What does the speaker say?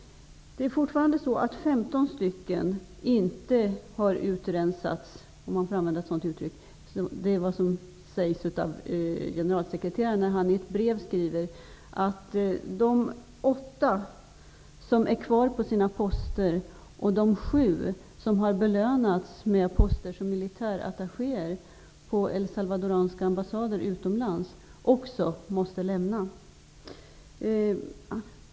Fortfarande har 15 officerare inte utrensats -- om jag får använda ett sådant uttryck. FN:s generalsekreterare skriver i ett brev att de åtta som är kvar på sina poster och de sju som har belönats med poster som militärattachéer på El Salvadorianska ambassader i utlandet också måste lämna sina tjänster.